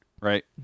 right